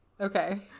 Okay